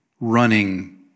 running